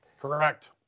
Correct